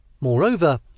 Moreover